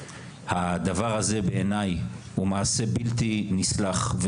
הדבר הזה בעיני הוא מעשה בלתי נסלח,